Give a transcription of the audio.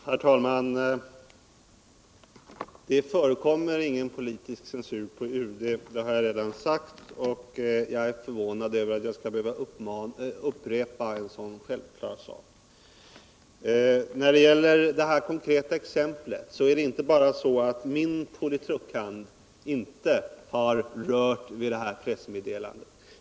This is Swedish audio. Herr talman! Det förekommer ingen politisk censur på UD. Det har jag redan sagt, och jag är förvånad över att jag skall behöva upprepa en så självklar sak. När det gäller det konkreta exemplet kan jag säga att min politrukhand inte har rört vid detta pressmeddelande.